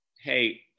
hey